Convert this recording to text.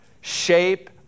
Shape